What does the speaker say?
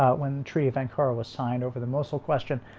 ah when treaty of encore was signed over the mosul question,